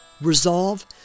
Resolve